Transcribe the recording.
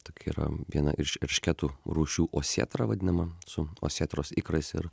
tokia yra viena iš eršketų rūšių osietra vadinama su osėtros ikrais ir